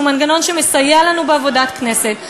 שהוא מנגנון שמסייע לנו בעבודת כנסת.